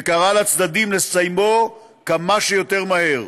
וקראה לצדדים לסיימו כמה שיותר מהר.